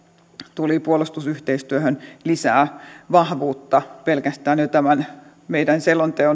tuli puolustusyhteistyöhön lisää vahvuutta pelkästään jo tämän meidän selonteon